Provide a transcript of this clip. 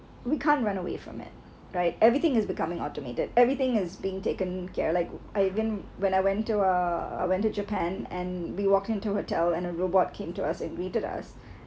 we can't run away from it right everything is becoming automated everything is being taken care like I even when I went to uh I went to japan and we walked into hotel and a robot came to us and greeted us